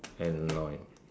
annoy